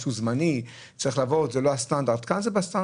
משהו זמני, זה לא הסטנדרט אבל כאן זה בסטנדרט.